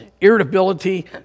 irritability